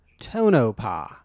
Tonopah